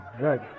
Right